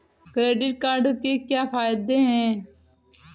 Credit card के क्या फायदे हैं?